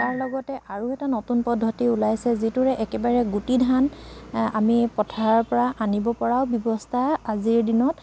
তাৰ লগতে আৰু এটা নতুন পদ্ধতি ওলাইছে যিটোৰে একেবাৰে গুটি ধান আমি পথাৰৰ পৰা আনিব পৰা ব্যৱস্থা আজিৰ দিনত